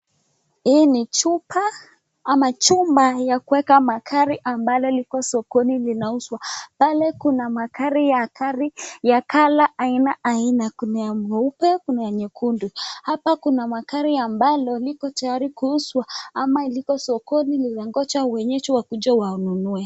Hii ni chuka ama chumba ya kuweka magari ambalo liko sokoni linauzwa. Pale kuna magari ya color aina aina kuna ya mweupe , kuna nyekundu . Hapa kuna magari ambalo liko tayari kuuzwa ama liko sokoni linangoja wenyeji wakuje wanunue.